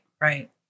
Right